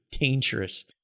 dangerous